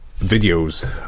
videos